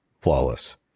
flawless